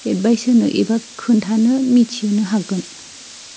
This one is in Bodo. एडभाइस होनो एबा खोन्थानो मिन्थिनो हागोन